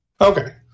Okay